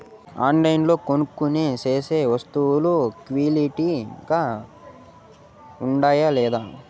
ఆన్లైన్లో కొనుక్కొనే సేసే వస్తువులు క్వాలిటీ గా ఉండాయా లేదా?